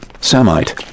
Samite